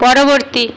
পরবর্তী